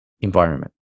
environment